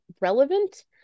relevant